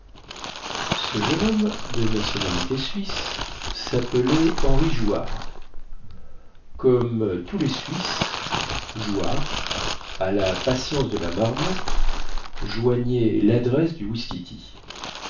ce jeune homme de nationalité suisse sappelait henri jouard comme tous les suisses jouard à la patience de la marmotte joignait ladresse du